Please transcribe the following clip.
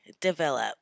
develop